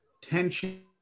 tension